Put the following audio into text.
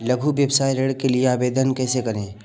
लघु व्यवसाय ऋण के लिए आवेदन कैसे करें?